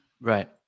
Right